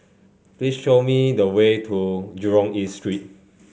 please show me the way to Jurong East Street